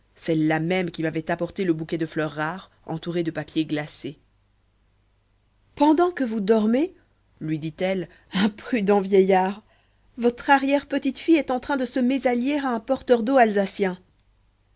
celle-là même qui m'avait apporté le bouquet de fleurs rares entouré de papier glacé pendant que vous dormez lui dit-elle imprudent vieillard votre arrière petite fille est en train de se mésallier à un porteur d'eau alsacien